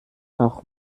auch